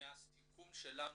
מהסיכום שלנו,